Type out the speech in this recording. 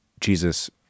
Jesus